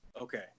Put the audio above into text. Okay